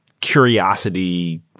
curiosity